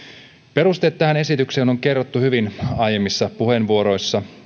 perusteet tähän esitykseen on kerrottu hyvin aiemmissa puheenvuoroissa